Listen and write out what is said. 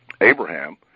Abraham